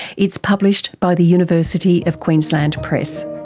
it's published by the university of queensland press.